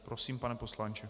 Prosím, pane poslanče.